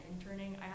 interning